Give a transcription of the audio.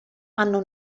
hanno